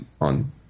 on